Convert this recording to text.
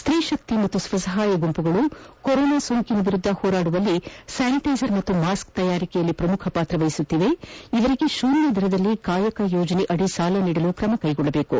ಸ್ತೀ ಶಕ್ತಿ ಹಾಗೂ ಸ್ವಸಹಾಯ ಗುಂಪುಗಳು ಕೊರೋನಾ ವಿರುದ್ದ ಹೋರಾಡುವಲ್ಲಿ ಸಾನಿಟೈಜರ್ ಮತ್ತು ಮಾಸ್ಕ್ ತಯಾರಿಕೆಯಲ್ಲಿ ಪ್ರಮುಖ ಪಾತ್ರ ವಹಿಸುತ್ತಿದ್ದು ಇವರಿಗೆ ಶೂನ್ಯ ದರದಲ್ಲಿ ಕಾಯಕ ಯೋಜನೆಯಡಿ ಸಾಲ ನೀಡಲು ಕ್ರಮ ಕೈಗೊಳ್ಳಬೇಕು